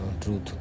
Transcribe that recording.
truth